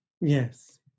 Yes